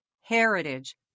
heritage